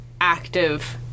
active